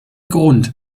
grund